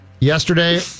Yesterday